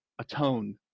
atone